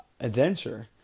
adventure